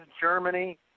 Germany